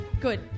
good